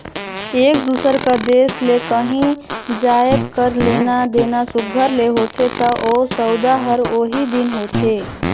एक दूसर कर देस ले काहीं जाएत कर लेना देना सुग्घर ले होथे ता ओ सउदा हर ओही दिन होथे